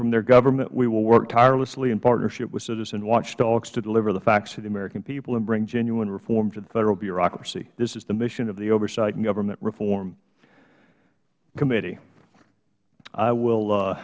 from their government we will work tirelessly in partnership with citizen watchdogs to deliver the facts to the american people and bring genuine reform to the federal bureaucracy this is the mission of the oversight and government reform committee i will